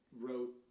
Wrote